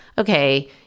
okay